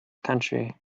country